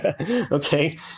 okay